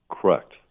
Correct